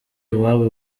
iwayo